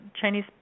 Chinese